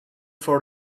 for